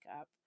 up